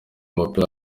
w’umupira